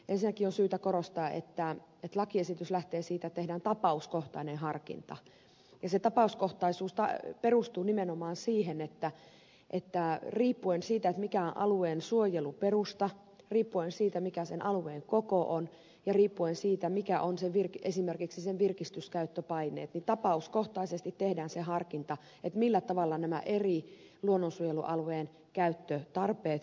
ensinnäkin on syytä korostaa että lakiesitys lähtee siitä että tehdään tapauskohtainen harkinta ja se tapauskohtaisuus perustuu nimenomaan siihen että riippuen siitä mikä on alueen suojeluperusta riippuen siitä mikä sen alueen koko on ja riippuen siitä mitkä ovat esimerkiksi sen virkistyskäyttöpaineet tapauskohtaisesti tehdään se harkinta millä tavalla nämä eri luonnonsuojelualueen käyttötarpeet yhteensovitetaan